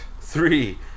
Three